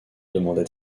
demanda